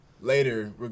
later